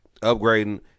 upgrading